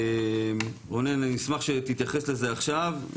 רונן אני אשמח שתתייחס לזה עכשיו,